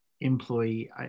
employee